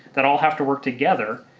that all have to work together,